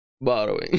Borrowing